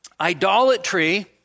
idolatry